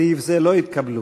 בסעיף זה לא התקבלו.